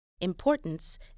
importance